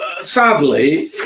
sadly